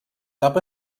cap